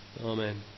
Amen